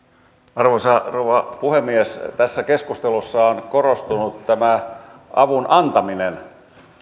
arvoisa rouva puhemies tässä keskustelussa on korostunut tämä avun antaminen